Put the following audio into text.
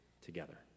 together